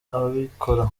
ababikora